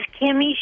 Kimmy